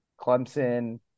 Clemson